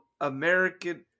American